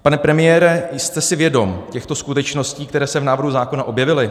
Pane premiére, jste si vědom těchto skutečností, které se v návrhu zákona objevily?